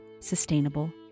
sustainable